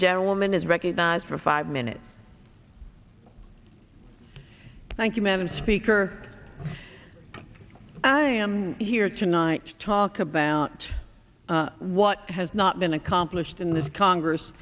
gentleman is recognized for five minutes thank you madam speaker i am here tonight to talk about what has not been accomplished in this congress